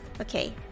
Okay